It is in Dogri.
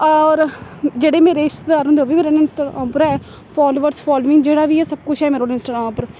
होर जेह्ड़े मेरे रिश्तेदार होंदे ओह् बी मेरे कन्नै इंस्टाग्राम उप्पर ऐ फालोवर्स फाललोइंग जेह्ड़ा बी ऐ सब कुछ ऐ मेरे कोल इंस्टाग्राम उप्पर